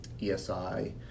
ESI